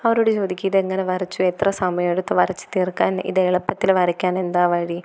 അവരോട് ചോദിക്കുക ഇത് എങ്ങനെ വരച്ചു എത്ര സമയമെടുത്തു വരച്ചു തീർക്കാൻ ഇതേ എളുപ്പത്തിൽ വരയ്ക്കാൻ എന്താണ് വഴി